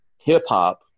hip-hop